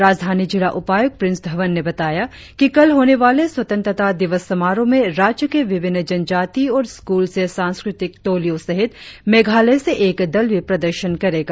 राजधानी जिला उपायुक्त प्रिंस धवन ने बताया कि कल होने वाले स्वतंत्रता दिवस समारोह में राज्य के विभिन्न जनजाति और स्कूल से सांस्कृतिक टोलियों सहित मेघालय से एक दल भी प्रदर्शन करेगा